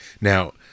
Now